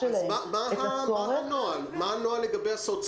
מה הנוהל לגבי ההסעות?